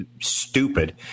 stupid